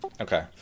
Okay